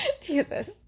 Jesus